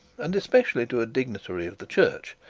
and especially to a dignitary of the church,